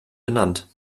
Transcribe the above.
benannt